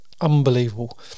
unbelievable